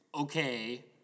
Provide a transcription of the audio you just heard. okay